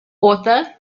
author